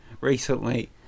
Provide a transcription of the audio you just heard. recently